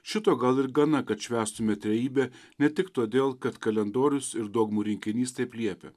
šito gal ir gana kad švęstume trejybę ne tik todėl kad kalendorius ir dogmų rinkinys taip liepė